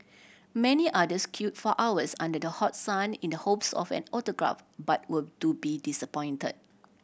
many others queue for hours under the hot sun in the hopes of an autograph but were to be disappoint